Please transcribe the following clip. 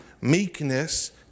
meekness